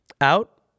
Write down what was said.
Out